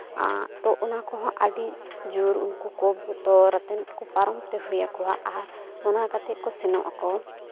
ᱛᱳ ᱚᱱᱟ ᱠᱚᱦᱚᱸ ᱟᱹᱰᱤ ᱡᱳᱨ ᱩᱱᱠᱩ ᱵᱚᱛᱚᱨ ᱠᱟᱛᱮᱫ ᱩᱱᱠᱩ ᱯᱟᱨᱚᱢ ᱛᱮ ᱦᱩᱭ ᱟᱠᱚᱣᱟ ᱟᱨ ᱚᱱᱟ ᱠᱟᱛᱮᱫ ᱠᱚ ᱥᱮᱱᱚᱜ ᱟᱠᱚ